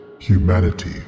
humanity